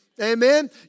Amen